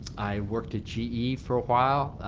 i worked at ge for awhile,